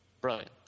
Brilliant